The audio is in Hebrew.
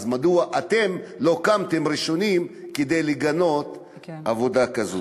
אז מדוע אתם לא קמתם ראשונים כדי לגנות עובדה כזו?